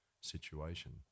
situation